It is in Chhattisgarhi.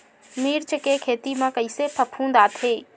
मिर्च के खेती म कइसे फफूंद आथे?